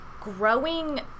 Growing